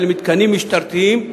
ולמתקנים משטרתיים,